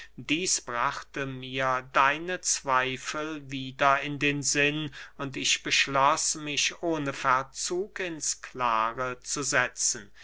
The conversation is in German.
dieß brachte mir deine zweifel wieder in den sinn und ich beschloß mich ohne verzug ins klare zu setzen